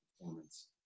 performance